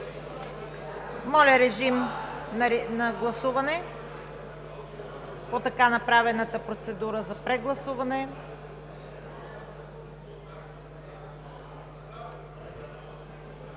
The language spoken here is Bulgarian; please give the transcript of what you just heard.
Моля, режим на гласуване по така направената процедура от господин